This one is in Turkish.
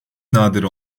nadir